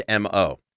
MO